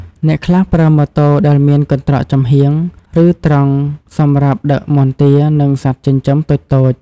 អ្នកខ្លះប្រើម៉ូតូដែលមានកន្ត្រកចំហៀង ឬតង់សម្រាប់ដឹកមាន់ទា និងសត្វចិញ្ចឹមតូចៗ។